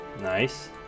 Nice